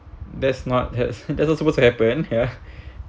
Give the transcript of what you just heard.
that's not that's that's doesn't suppose to happened ya